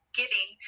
giving